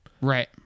Right